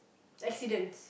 accidents